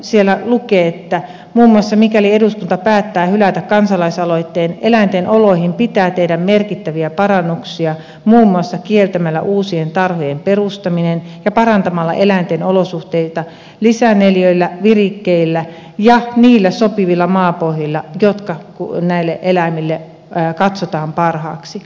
siellä lukee muun muassa että mikäli eduskunta päättää hylätä kansalaisaloitteen eläinten oloihin pitää tehdä merkittäviä parannuksia muun muassa kieltämällä uusien tarhojen perustaminen ja parantamalla eläinten olosuhteita lisäneliöillä virikkeillä ja niillä sopivilla maapohjilla jotka näille eläimille katsotaan parhaaksi